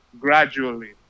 gradually